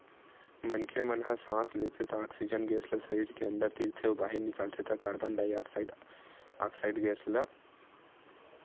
मनखे मन ह सांस लेथे त ऑक्सीजन गेस ल सरीर के अंदर तीरथे अउ बाहिर निकालथे त कारबन डाईऑक्साइड ऑक्साइड गेस ल